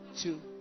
two